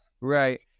Right